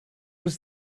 was